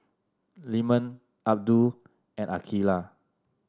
Leman Abdul and Aqeelah